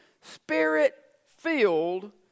spirit-filled